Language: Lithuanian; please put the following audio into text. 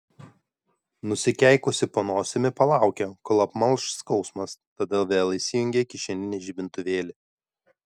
nusikeikusi po nosimi palaukė kol apmalš skausmas tada vėl įsijungė kišeninį žibintuvėlį